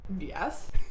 Yes